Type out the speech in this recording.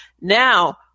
Now